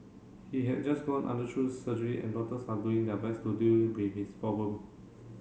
he had just gone surgery and doctors are doing their best to deal with his problem